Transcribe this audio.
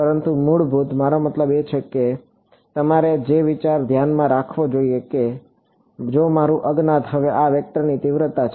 પરંતુ મૂળભૂત મારો મતલબ એ છે કે તમારે જે વિચારને ધ્યાનમાં રાખવો જોઈએ તે એ છે કે જો મારું અજ્ઞાત હવે આ વેક્ટરની તીવ્રતા છે